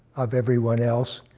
of everyone else.